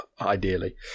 ideally